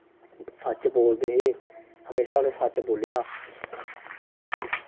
सच्च बोलदे हे हमेशां उ'नें सच्च बोलेआ